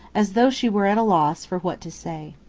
as though she were at a loss for what to say.